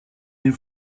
les